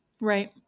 Right